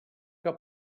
que